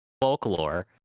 folklore